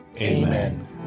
Amen